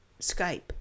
Skype